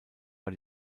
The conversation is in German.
war